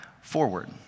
forward